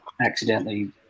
accidentally